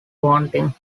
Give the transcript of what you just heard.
wanting